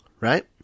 right